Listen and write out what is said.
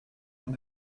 mon